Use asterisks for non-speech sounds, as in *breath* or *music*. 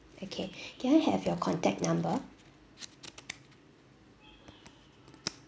okay *breath* can I have your contact number